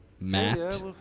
Matt